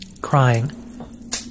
Crying